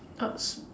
absent